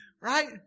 Right